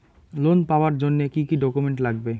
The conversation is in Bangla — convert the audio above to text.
লোন পাওয়ার জন্যে কি কি ডকুমেন্ট লাগবে?